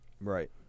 Right